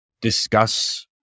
discuss